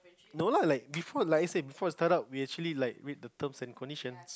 no no like before license before start up we actually like read the terms and conditions